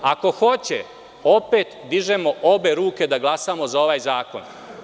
Ako hoće, opet dižemo obe ruke da glasamo za ova zakon.